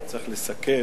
כי צריך לסכם.